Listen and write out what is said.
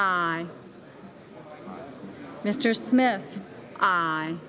i mr smith i